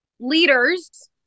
leaders